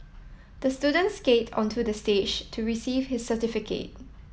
the student skate onto the stage to receive his certificate